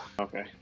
Okay